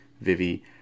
Vivi